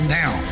now